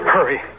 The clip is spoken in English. Hurry